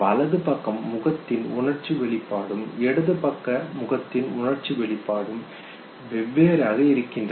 வலதுபக்கம் முகத்தின் உணர்ச்சி வெளிப்பாடும் இடது பக்கம் முகத்தின் உணர்ச்சி வெளிப்பாடும் வெவ்வேறாக இருக்கின்றன